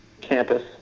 campus